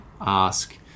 ask